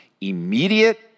immediate